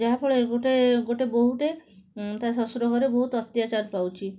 ଯାହା ଫଳରେ ଗୋଟେ ଗୋଟେ ବହୁଟେ ତା ଶଶୁର ଘରେ ବହୁତ ଅତ୍ୟାଚାର ପାଉଛି